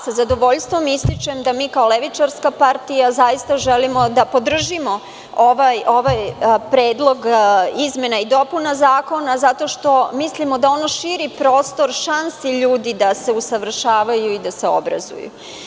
Sa zadovoljstvom ističem da mi kao levičarska partija zaista želimo da podržimo ovaj predlog izmena i dopuna zakona, zato što mislimo da on širi prostor šansi ljudima da se usavršavaju i da se obrazuju.